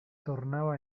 tornaba